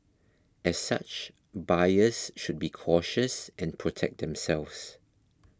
as such buyers should be cautious and protect themselves